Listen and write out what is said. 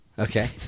Okay